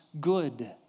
good